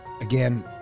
Again